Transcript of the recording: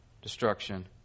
destruction